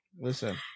Listen